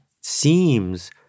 seems